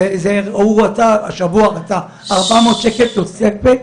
הוא רצה השבוע 400 שקלים תוספת,